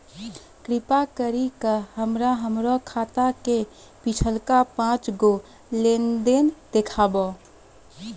कृपा करि के हमरा हमरो खाता के पिछलका पांच गो लेन देन देखाबो